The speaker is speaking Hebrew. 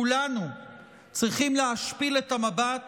כולנו צריכים להשפיל את המבט